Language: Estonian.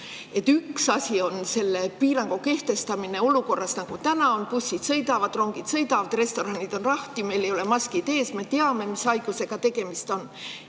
Üks asi on selle piirangu kehtestamine olukorras, mis täna on: bussid sõidavad, rongid sõidavad, restoranid on lahti, meil ei ole maskid ees, me teame, mis haigusega tegemist on.